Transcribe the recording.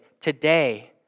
today